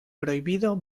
prohibido